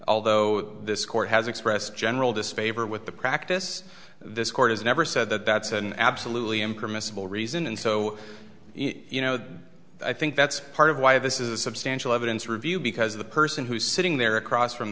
although this court has expressed general disfavor with the practice this court has never said that that's an absolutely incremental reason and so you know i think that's part of why this is a substantial evidence review because the person who's sitting there across from